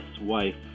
wife